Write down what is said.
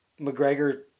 McGregor